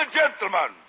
gentlemen